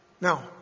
Now